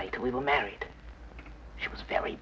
later we were married she was very